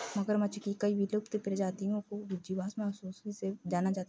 मगरमच्छ की कई विलुप्त प्रजातियों को जीवाश्म अवशेषों से जाना जाता है